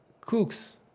cooks